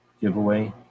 giveaway